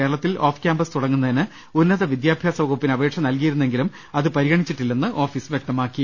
കേരളത്തിൽ off campus തുടങ്ങുന്നതിന് ഉന്നത വിദ്യാ ഭ്യാസ വകുപ്പിന് അപേക്ഷ നൽകിയിരുന്നെങ്കിലും അത് പരി ഗണിച്ചിട്ടില്ലെന്ന് ഓഫീസ് വൃക്തമാക്കി